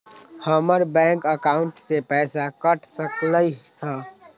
हमर bank account से पैसा कट सकलइ ह?